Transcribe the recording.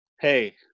hey